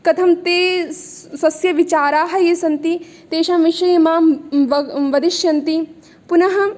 कथं ते स् स्वस्य विचाराः ये सन्ति तेषां विषये मां व् वदिष्यन्ति पुनः